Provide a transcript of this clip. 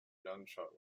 gunshot